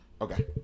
Okay